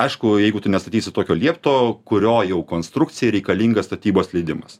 aišku jeigu tu nestatysi tokio liepto kurio jau konstrukcijai reikalingas statybos leidimas